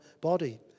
body